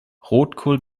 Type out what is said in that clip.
rotkohl